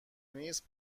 نیست